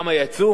זו בדיחה.